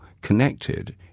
connected